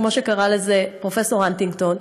כמו שקרא לזה פרופסור הנטינגטון,